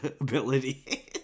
ability